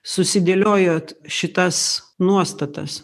susidėliojot šitas nuostatas